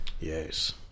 Yes